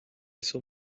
saw